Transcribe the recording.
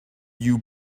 you